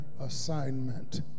assignment